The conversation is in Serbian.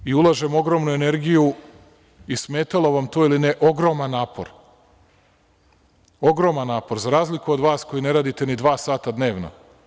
Radim i ulažem ogromnu energiju i smetalo vam to ili ne, ogroman napor, ogroman napor, za razliku od vas koji ne radite ni dva sata dnevno.